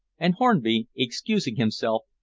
and hornby, excusing himself,